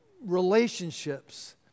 relationships